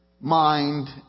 mind